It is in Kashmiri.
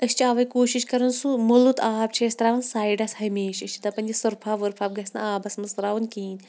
أسۍ چھِ اَوے کوٗشِش کَران سُہ مُلُت آب چھِ أسۍ تراوان سایڈَس ہَمیشہِ أسۍ چھِ دَپان یہِ سرف آب ورف آب گَژھِنہٕ آبَس مَنٛز تراوُن کِہیٖنۍ